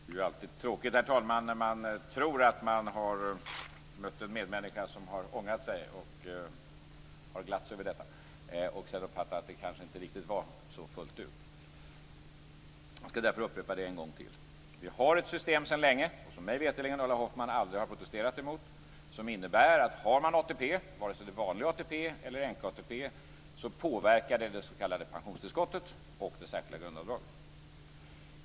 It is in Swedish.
Herr talman! Det är alltid tråkigt när man tror att man har mött en medmänniska som har ångrat sig och har glatt sig över detta och sedan uppfattar att det kanske inte var så fullt ut. Jag skall därför upprepa mig en gång till. Vi har ett system sedan länge, som Ulla Hoffmann mig veterligen aldrig har protesterat emot, som innebär att ATP:n, vare sig det är vanlig ATP eller änke-ATP, påverkar det s.k. pensionstillskottet och det särskilda grundavdraget.